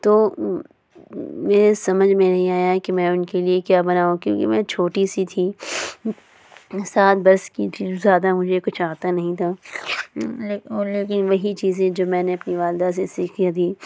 تو میرے سمجھ میں نہیں آیا کہ میں ان کے لیے کیا بناؤں کیونکہ میں چھوٹی سی تھی سات برس کی تھی زیادہ مجھے کچھ آتا نہیں تھا لیکن وہی چیزیں جو میں نے اپنی والدہ سے سیکھی تھی